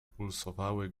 pulsowały